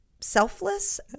selfless